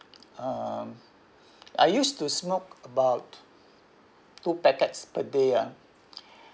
um I used to smoke about two packets per day ah